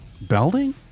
Belding